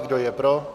Kdo je pro?